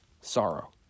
sorrow